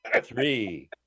three